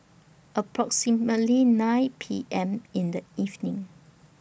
approximately nine P M in The evening